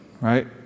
right